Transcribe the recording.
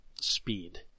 speed